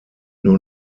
nur